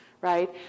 right